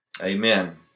amen